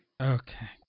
Okay